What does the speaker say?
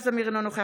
קארין אלהרר,